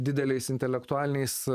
dideliais intelektualiniais